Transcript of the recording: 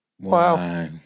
Wow